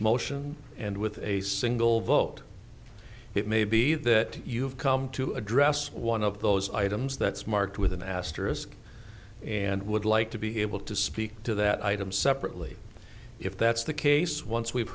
motion and with a single vote it may be that you have come to address one of those items that's marked with an asterisk and would like to be able to speak to that item separately if that's the case once we've